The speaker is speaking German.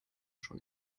schon